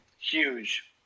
Huge